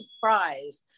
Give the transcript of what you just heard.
surprised